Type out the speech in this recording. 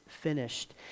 finished